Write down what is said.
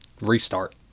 restart